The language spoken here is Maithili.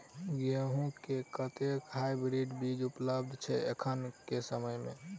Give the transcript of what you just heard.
गेंहूँ केँ कतेक हाइब्रिड बीज उपलब्ध छै एखन केँ समय मे?